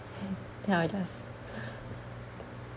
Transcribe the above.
then I'll just